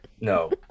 No